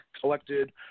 collected